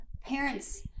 parents